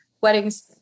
weddings